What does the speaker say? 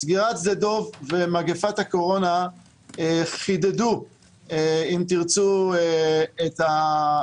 סגירת שדה דב ומגפת הקורונה חידדו את הבעיות